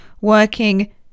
working